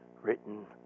Written